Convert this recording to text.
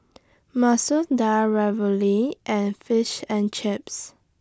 Masoor Dal Ravioli and Fish and Chips